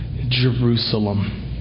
Jerusalem